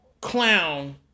clown